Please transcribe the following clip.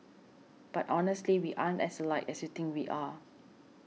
but honestly we aren't as alike as you think we are